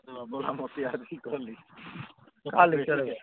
କାଲି ରିଟାୟାର୍ଡ଼ ହେବେ